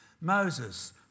Moses